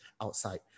outside